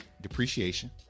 depreciation